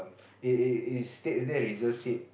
it it it state there reserved seat